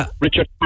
Richard